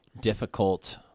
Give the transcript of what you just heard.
difficult